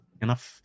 enough